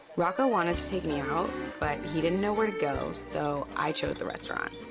rocco wanted to take me out, but he didn't know where to go, so i chose the restaurant,